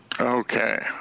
Okay